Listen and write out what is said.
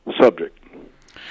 subject